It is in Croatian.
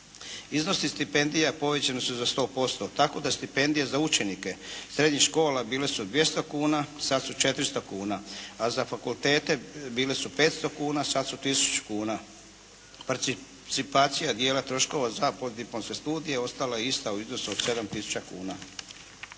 Iznosi stipendija povećani su za 100% tako da stipendije za učenike srednjih škola bile su 200 kuna, sad su 400 kuna, a za fakultete bile su 500 kuna, sad su tisuću kuna. Participacija dijela troškova za postdiplomske studije ostala je ista u iznosu od 7 tisuća